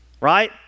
right